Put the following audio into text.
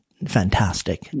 Fantastic